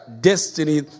destiny